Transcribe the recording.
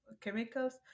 chemicals